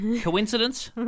coincidence